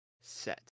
Set